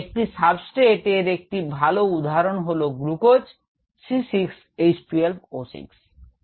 একটি সাবস্ট্রেট এর একটি ভাল উদাহরন হল গ্লুকোজ C6H12O6